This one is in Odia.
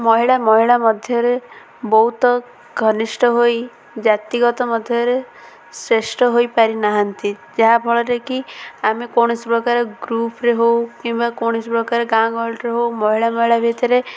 ମହିଳା ମହିଳା ମଧ୍ୟରେ ବହୁତ ଘନିଷ୍ଠ ହୋଇ ଜାତିଗତ ମଧ୍ୟରେ ଶ୍ରେଷ୍ଠ ହୋଇପାରିନାହାନ୍ତି ଯାହାଫଳରେ କି ଆମେ କୌଣସି ପ୍ରକାର ଗ୍ରୁପରେ ହେଉ କିମ୍ବା କୌଣସି ପ୍ରକାର ଗାଁ ଗହଳିରେ ହେଉ ମହିଳା ମହିଳା ଭିତରେ